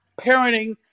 parenting